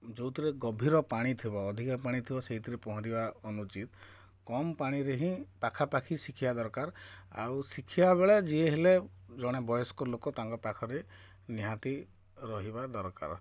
ଯେଉଁଥିରେ ଗଭୀର ପାଣି ଥିବା ଅଧିକ ପାଣିଥିବା ସେଇଥିରେ ପହଁରିବା ଅନୁଚିତ କମ ପାଣିରେ ହିଁ ପାଖାପାଖି ଶିଖିବା ଦରକାର ଆଉ ଶିଖିବା ବେଳେ ଯିଏ ହେଲେ ଜଣେ ବୟସ୍କ ଲୋକ ତାଙ୍କ ପାଖରେ ନିହାତି ରହିବା ଦରକାର